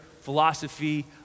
philosophy